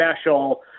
special